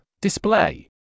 display